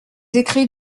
écrits